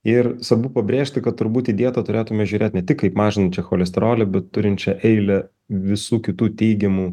ir svarbu pabrėžti kad turbūt į dietą turėtume žiūrėt ne tik kaip mažinančią cholesterolį bet turinčią eilę visų kitų teigiamų